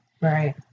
Right